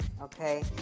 okay